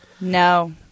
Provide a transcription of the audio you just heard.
No